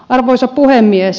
arvoisa puhemies